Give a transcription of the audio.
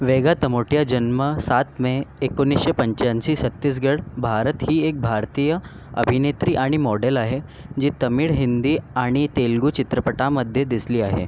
वेगा तमोटिया जन्म सात मे एकोणीसशे पंच्याऐंशी छत्तीसगड भारत ही एक भारतीय अभिनेत्री आणि मॉडेल आहे जी तमिळ हिंदी आणि तेलगू चित्रपटामध्ये दिसली आहे